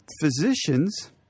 physicians